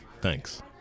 Thanks